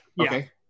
Okay